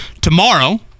Tomorrow